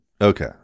Okay